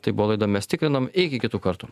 tai buvo laida mes tikrinom iki kitų kartų